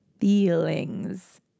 feelings